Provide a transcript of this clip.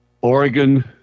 Oregon